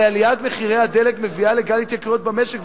הרי עליית מחירי הדלק מביאה לגל התייקרויות במשק,